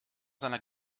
seiner